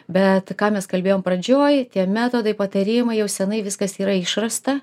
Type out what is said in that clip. bet ką mes kalbėjom pradžioj tie metodai patarimai jau seniai viskas yra išrasta